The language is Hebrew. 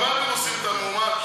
על מה אתם עושים את המהומה?